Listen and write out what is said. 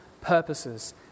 purposes